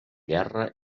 guerra